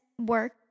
work